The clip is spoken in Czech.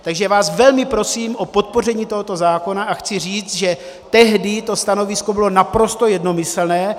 Takže vás velmi prosím o podpoření tohoto zákona a chci říct, že tehdy to stanovisko bylo naprosto jednomyslné.